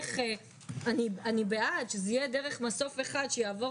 אני בעד שזה יהיה דרך מסוף אחד שיעבור